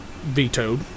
vetoed